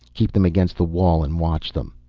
keep them against the wall and watch them.